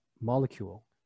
molecule